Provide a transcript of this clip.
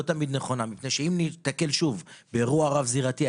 תמיד נכונה מפני שאם ניתקל שוב באירוע רב-זירתי,